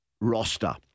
roster